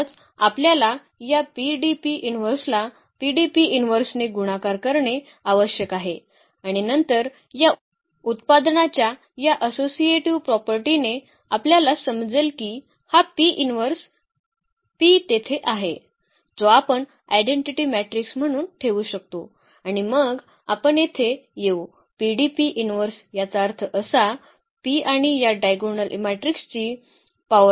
म्हणूनच आपल्याला या ला ने गुणाकार करणे आवश्यक आहे आणि नंतर या उत्पादनाच्या या असोसिएटिव्ह प्रॉपर्टीने आपल्याला समजेल की हा P इन्व्हर्स P तेथे आहे जो आपण आयडेंटिटी मॅट्रिक्स म्हणून ठेवू शकतो आणि मग आपण येथे येऊ याचा अर्थ असा P आणि या डायगोनल मॅट्रिक्सची पॉवर आहे